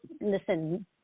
listen